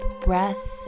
breath